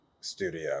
studio